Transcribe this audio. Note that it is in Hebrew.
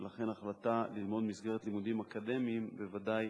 ולכן ההחלטה ללמוד במסגרת לימודים אקדמיים בוודאי